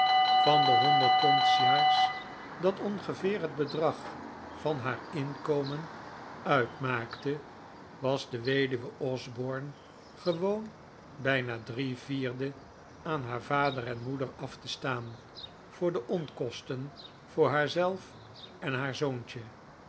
van de honderd pond s jaars dat ongeveer het bedrag van haar inkomen uitp p maakte was de weduwe osborne gewoon bijna drie vierde aan haar vader en moeder oa r q dq oa r o a f te staan voor de onkosten voor haar zelf en haar zoontje